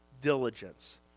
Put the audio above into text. diligence